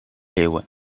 leeuwen